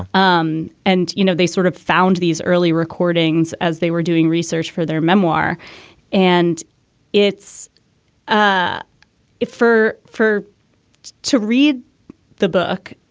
um and, you know, they sort of found these early recordings as they were doing research for their memoir and it's ah it for for to read the book